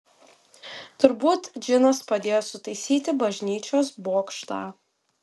turbūt džinas padėjo sutaisyti bažnyčios bokštą